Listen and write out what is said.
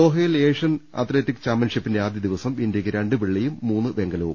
ദോഹയിൽ Asian athletic ചാമ്പ്യൻഷിപ്പിന്റെ ആദ്യദിനം ഇന്ത്യക്ക് രണ്ട് വെള്ളിയും മൂന്ന് വെങ്കലവും